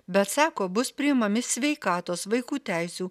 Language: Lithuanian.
bet sako bus priimami sveikatos vaikų teisių